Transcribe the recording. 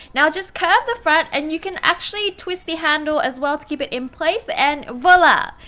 now just curve the front and you can actually twist the handle as well to keep it in place, and voila!